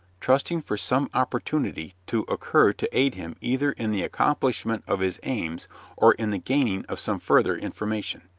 trusting for some opportunity to occur to aid him either in the accomplishment of his aims or in the gaining of some further information.